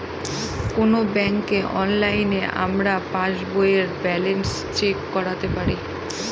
কোনো ব্যাঙ্কে অনলাইনে আমরা পাস বইয়ের ব্যালান্স চেক করতে পারি